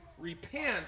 repent